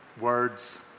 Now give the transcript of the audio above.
words